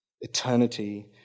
Eternity